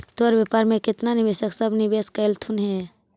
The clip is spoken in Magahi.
तोर व्यापार में केतना निवेशक सब निवेश कयलथुन हे?